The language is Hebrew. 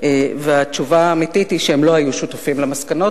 והתשובה האמיתית היא שהם לא היו שותפים למסקנות.